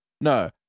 No